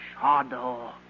Shadow